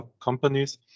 companies